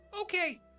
okay